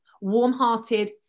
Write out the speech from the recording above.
warm-hearted